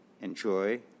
enjoy